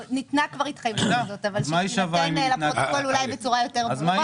ניסיתי לבדוק כל מיני אופציות של פתרון לגבי החיוב